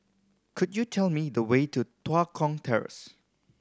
could you tell me the way to Tua Kong Terrace